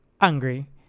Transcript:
angry